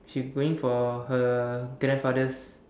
she going for her grandfather's